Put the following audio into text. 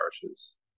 parishes